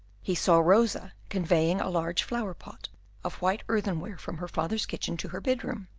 he saw rosa conveying a large flower-pot of white earthenware from her father's kitchen to her bedroom.